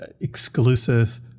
exclusive